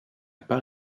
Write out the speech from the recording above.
pas